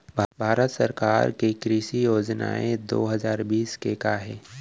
भारत सरकार के कृषि योजनाएं दो हजार बीस के का हे?